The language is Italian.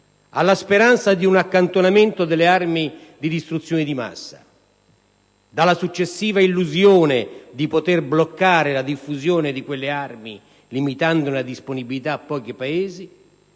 alla speranza di un accantonamento delle armi di distruzione di massa, dalla successiva illusione di poter bloccare la diffusione di quelle armi, limitando la disponibilità a pochi Paesi,